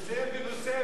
יושב בבריסל ולא,